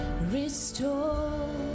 restore